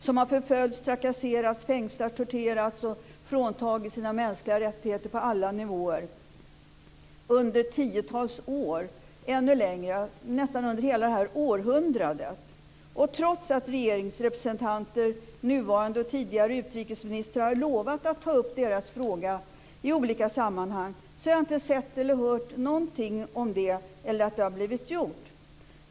De har förföljts, trakasserats, fängslats, torterats och fråntagits sina mänskliga rättigheter på alla nivåer under tiotals år - under nästan hela det här århundradet. Trots att regeringens representanter, nuvarande och tidigare utrikesministrar, har lovat att ta upp deras fråga i olika sammanhang har jag inte sett eller hört någonting om att det har blivit gjort.